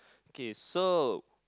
okay so